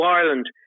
Ireland